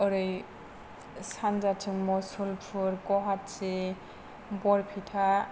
ओरै सानजाथिं मुलसपुर गुवाहाटि बरपेटा